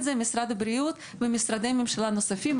את זה משרד הבריאות ומשרדי ממשלה נוספים,